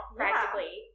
practically